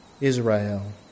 Israel